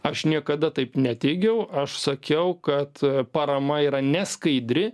aš niekada taip neteigiau aš sakiau kad parama yra neskaidri